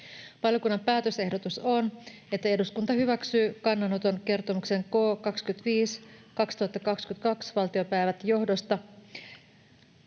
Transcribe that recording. Valiokunnan päätösehdotus on, että eduskunta hyväksyy kannanoton kertomuksen K 25/2022 vp johdosta.